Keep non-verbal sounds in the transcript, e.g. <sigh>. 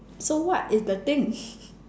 so what is the thing <laughs>